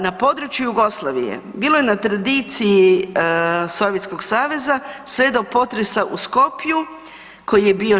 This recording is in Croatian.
Na području Jugoslavije bilo je na tradiciji Sovjetskog saveza sve do potresa u Skopju koji je bio '63.